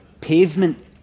Pavement